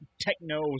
techno